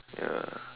ya